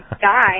guy